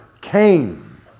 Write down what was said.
came